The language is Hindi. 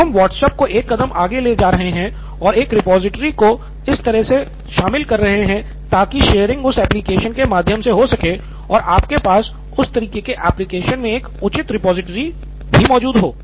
अब हम व्हाट्सएप को एक कदम आगे ले जा रहे हैं और एक रिपॉजिटरी को इस तरह से शामिल कर रहे हैं कि ताकि शेयरिंग उस एप्लिकेशन के माध्यम से हो सके और आपके पास उस तरह के एप्लिकेशन में एक उचित रिपॉजिटरी भी मौजूद हो